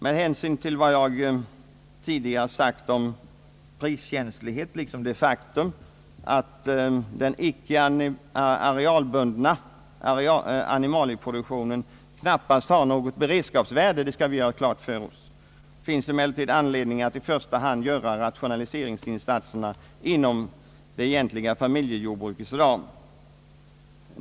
Med hänsyn till vad jag tidigare sagt om priskänslighet liksom det faktum att den icke arealbundna animalieproduktionen knappast har något beredskapsvärde — det skall vi göra klart för oss — finns emellertid anledning att i första hand göra rationaliseringsinsatserna inom det egentliga familjejordbrukets ram.